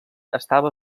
estava